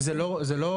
זה לא רלוונטי.